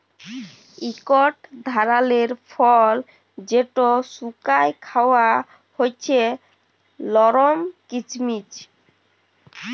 ইকট ধারালের ফল যেট শুকাঁয় খাউয়া হছে লরম কিচমিচ